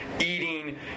eating